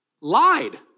Lied